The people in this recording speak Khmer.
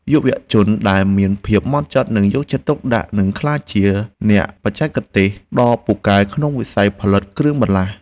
យុវជនដែលមានភាពហ្មត់ចត់និងយកចិត្តទុកដាក់នឹងអាចក្លាយជាអ្នកបច្ចេកទេសដ៏ពូកែក្នុងវិស័យផលិតគ្រឿងបន្លាស់។